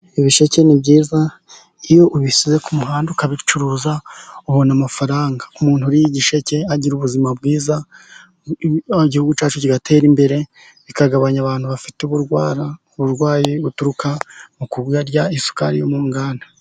Ibisheke ni byiza, iyo ubishyize ku muhanda ukabicuruza ubona amafaranga. Umuntu uriye igisheke agira ubuzima bwiza, igihugu cyacu kigatera imbere, bikagabanya abantu bafite uburwayi buturuka mu kurya isukari yo mu nganda.